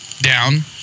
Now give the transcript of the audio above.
down